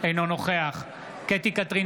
אינו נוכח קטי קטרין